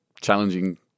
challenging